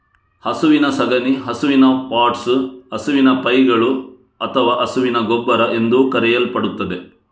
ಹಸುವಿನ ಸಗಣಿ ಹಸುವಿನ ಪಾಟ್ಸ್, ಹಸುವಿನ ಪೈಗಳು ಅಥವಾ ಹಸುವಿನ ಗೊಬ್ಬರ ಎಂದೂ ಕರೆಯಲ್ಪಡುತ್ತದೆ